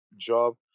job